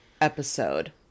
episode